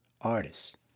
artists